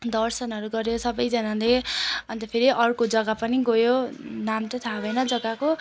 दर्शनहरू गर्यौँ सबैजनाले अन्त फेरि अर्को जग्गा पनि गयौँ नाम त थाहा हुँदैन जग्गाको